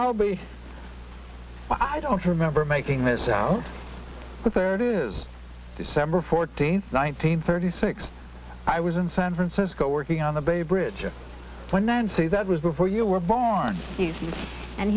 i'll be i don't remember making this out what they're doing is december fourteenth nineteen thirty six i was in san francisco working on the bay bridge when then say that was before you were born